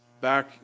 back